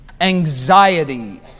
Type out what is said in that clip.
anxiety